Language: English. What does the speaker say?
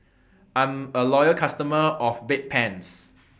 I'm A Loyal customer of Bedpans